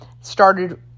started